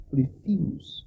refuse